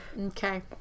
Okay